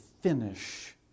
finish